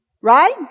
Right